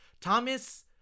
Thomas